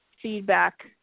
feedback